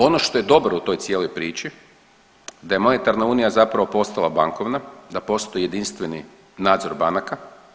Ono što je dobro u toj cijeloj priči da je monetarna Unija postala zapravo bankovna, da postoji jedinstveni nadzor banaka.